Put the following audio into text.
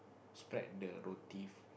spread the roti